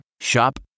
Shop